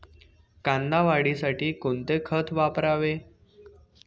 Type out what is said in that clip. कांदा वाढीसाठी कोणते खत वापरावे?